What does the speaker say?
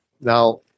Now